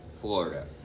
Florida